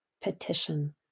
petition